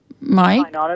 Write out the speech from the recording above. Mike